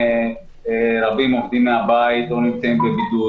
אנשים רבים עובדים מהבית או נמצאים בבידוד.